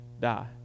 die